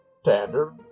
standard